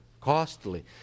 costly